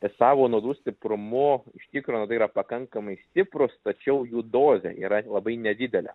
ir savo nuodų stiprumu iš tikro nu tai yra pakankamai stiprūs tačiau jų dozė yra labai nedidelė